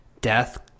death